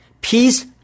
Peace